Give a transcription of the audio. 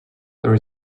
there